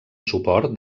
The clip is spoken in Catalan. suport